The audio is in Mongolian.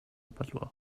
болов